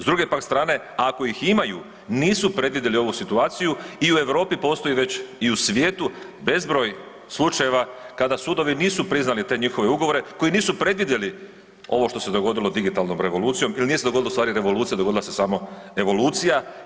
S druge pak strane, ako ih i imaju nisu predvidjeli ovu situaciju i u Europi postoji već i u svijetu bezbroj slučajeva kada sudovi nisu priznali te njihove ugovore koji nisu predvidjeli ovo što se dogodilo digitalnom revolucijom ili nije se dogodila u stvari revolucija, dogodila se samo evolucija.